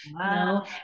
Wow